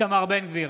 איתמר בן גביר,